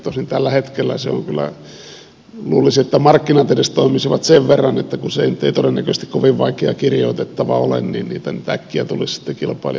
tosin tällä hetkellä kyllä luulisi että markkinat edes toimisivat sen verran että kun se ei nyt todennäköisesti kovin vaikea kirjoitettava ole niin nyt äkkiä tulisi sitten kilpailijoita lisää